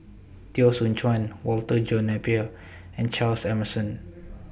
Teo Soon Chuan Walter John Napier and Charles Emmerson